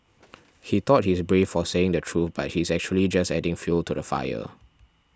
he thought he's brave for saying the truth but he's actually just adding fuel to the fire